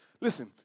Listen